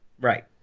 right